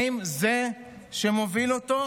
האם זה שמוביל אותו,